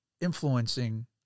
influencing